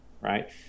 right